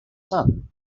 son